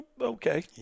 okay